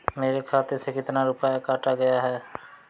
मेरे खाते से कितना रुपया काटा गया है?